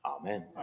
amen